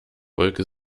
wolke